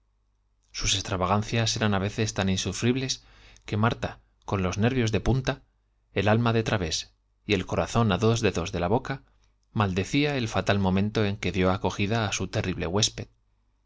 sus extravagancias eran á veces tan insufribles que marta con los nervios de punla el alma de través y el corazón á dos dedos de la boca maldecía el fatal momento en que dió acogida á su terrible huésped